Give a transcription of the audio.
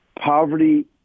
poverty